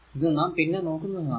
ഇത് നാം പിന്നെ നോക്കുന്നതാണ്